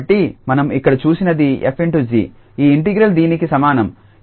కాబట్టి మనం ఇక్కడ చూసినది 𝑓∗𝑔 ఈ ఇంటిగ్రల్ దీనికి సమానం 𝑔∗𝑓